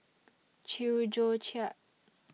Chew Joo Chiat